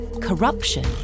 corruption